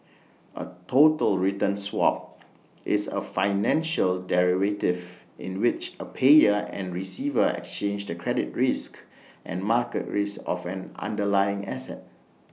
A total return swap is A financial derivative in which A payer and receiver exchange the credit risk and market risk of an underlying asset